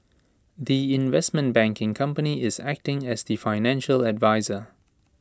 the investment banking company is acting as the financial adviser